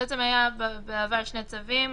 בעבר היו שני צווים.